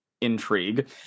intrigue